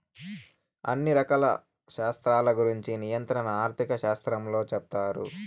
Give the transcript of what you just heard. అన్ని రకాల శాస్త్రాల గురుంచి నియంత్రణ ఆర్థిక శాస్త్రంలో సెప్తారు